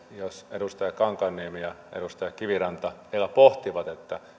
jos edustaja kankaanniemi ja edustaja kiviranta vielä pohtivat